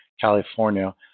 California